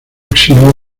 exilio